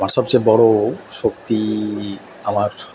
আমার সবচেয়ে বড়ো শক্তি আমার